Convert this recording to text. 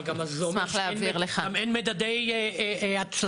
אבל גם זה אומר שגם אין מדדי הצלחה,